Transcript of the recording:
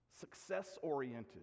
success-oriented